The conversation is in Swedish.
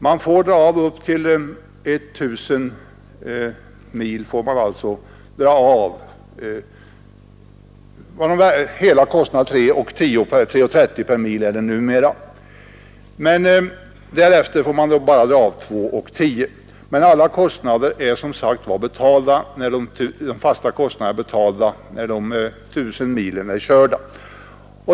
För körsträckor upp till 1 000 mil får man dra av 3:30 kronor per mil och för körsträckor däröver 2:10 kronor. Alla fasta kostnader är som sagt betalda när 2 300 mil är körda.